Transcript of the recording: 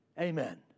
Amen